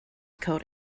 sparse